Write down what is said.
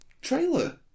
trailer